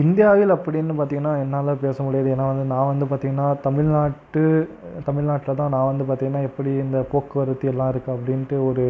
இந்தியாவில் அப்படின்னு பார்த்திங்கன்னா என்னால் பேச முடியாது ஏன்னால் வந்து நான் வந்து பார்த்திங்கன்னா தமிழ்நாட்டு தமிழ்நாட்டில் தான் நான் வந்து பார்த்திங்கன்னா எப்படி இந்த போக்குவரத்து எல்லாம் இருக்குது அப்படினுட்டு ஒரு